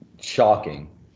shocking